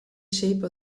shape